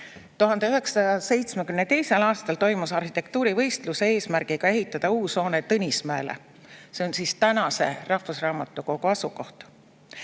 1972. aastal toimus arhitektuurivõistlus eesmärgiga ehitada uus hoone Tõnismäele. See on nüüdse rahvusraamatukogu asukoht.